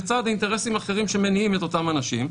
לצד אינטרסים אחרים שמניעים את אותם אנשים,